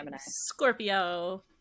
Scorpio